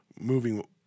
moving